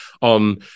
on